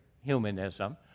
humanism